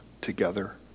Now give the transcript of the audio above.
together